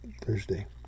Thursday